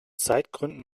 zeitgründen